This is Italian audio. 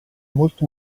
molto